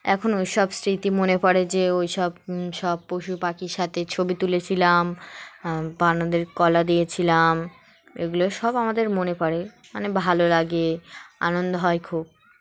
এখন ওই সব স্মৃতি মনে পড়ে যে ওই সব সব পশু পাখির সাথে ছবি তুলেছিলাম বা আমাদের কলা দিয়েছিলাম এগুলো সব আমাদের মনে পড়ে মানে ভালো লাগে আনন্দ হয় খুব